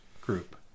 group